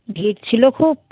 ভিড় ছিলো খুব